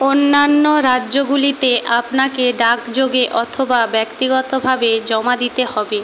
অন্যান্য রাজ্যগুলিতে আপনাকে ডাকযোগে অথবা ব্যক্তিগতভাবে জমা দিতে হবে